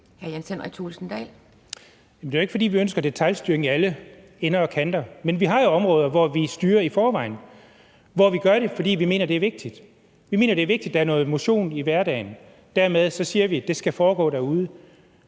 Det er jo ikke, fordi vi ønsker detailstyring i alle ender og kanter, men vi har jo områder, hvor vi i forvejen styrer det, og hvor vi gør det, fordi vi mener, det er vigtigt. Vi mener, det er vigtigt, at der er noget motion i hverdagen – dermed siger vi, at det skal foregå derude.